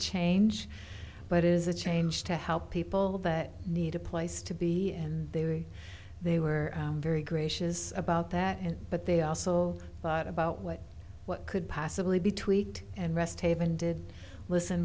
change but is a change to help people that need a place to be and they way they were very gracious about that and but they also thought about what what could possibly be tweaked and rest haven did listen